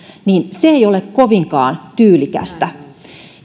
ei ole kovinkaan tyylikästä